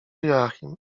joachim